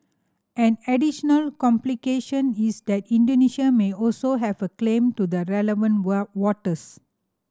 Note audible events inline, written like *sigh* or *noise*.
an additional complication is that Indonesia may also have a claim to the relevant *unintelligible* waters